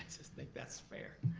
just think that's fair.